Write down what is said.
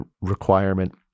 requirement